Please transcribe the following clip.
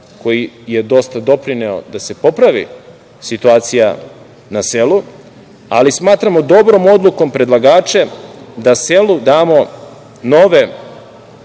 koji je dosta doprineo da se popravi situacija na selu, ali smatramo dobrom odlukom da selu damo nove